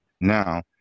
now